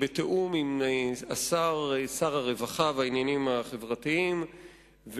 בתיאום עם שר הרווחה והעניינים החברתיים,